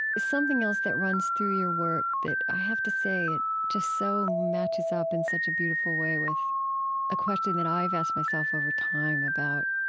something else that runs through your work that i have to say it just so matches up in such a beautiful way with a question that i've asked myself over time about,